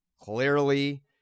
Clearly